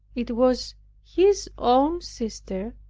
it was his own sister,